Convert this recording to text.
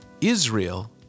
Israel